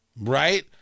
Right